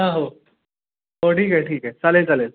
हां हो हो ठीक आहे ठीक आहे चालेल चालेल